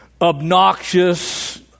obnoxious